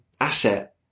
asset